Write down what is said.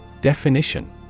Definition